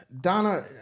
Donna